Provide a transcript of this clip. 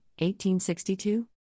1862